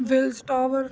willis tower